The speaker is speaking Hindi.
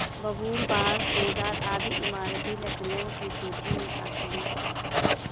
बबूल, बांस, देवदार आदि इमारती लकड़ियों की सूची मे आती है